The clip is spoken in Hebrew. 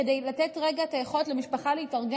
כדי לתת למשפחה את היכולת להתארגן,